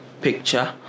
picture